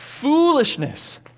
Foolishness